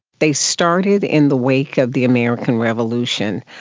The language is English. they started in the wake of the american revolution.